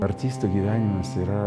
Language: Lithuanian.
artisto gyvenimas yra